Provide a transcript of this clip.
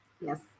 yes